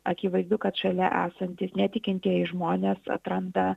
akivaizdu kad šalia esantys netikintieji žmonės atranda